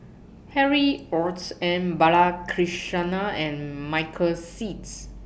Harry Ords M Balakrishnan and Michael Seets